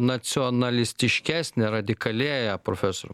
nacionalistiškesnė radikalėja profesoriau